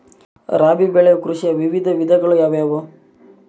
ರಾಬಿ ಬೆಳೆ ಕೃಷಿಯ ವಿವಿಧ ವಿಧಗಳು ಯಾವುವು?